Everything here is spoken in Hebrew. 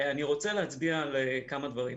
אני רוצה להצביע על כמה דברים.